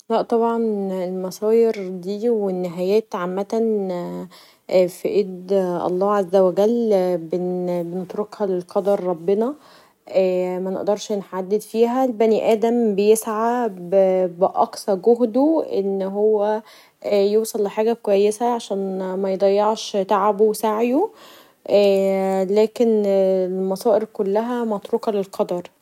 لا طبعا المصاير دي و النهايات عمتا بتبقي في ايد الله عز و جل و بنتركها للقدر منقدرش نحدد فيها البني ادم بيسعي بأقصي جهده ان هو يوصل لحاجه كويسه عشان ميضيعش تعبه و سعيه لكن المصاير كلها متروكه للقدر.